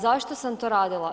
Zašto sam to radila?